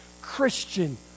Christian